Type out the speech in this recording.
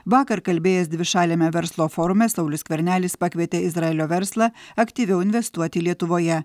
vakar kalbėjęs dvišaliame verslo forume saulius skvernelis pakvietė izraelio verslą aktyviau investuoti lietuvoje